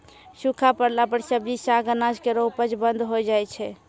सूखा परला पर सब्जी, साग, अनाज केरो उपज बंद होय जाय छै